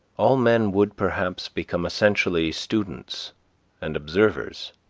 all men would perhaps become essentially students and observers,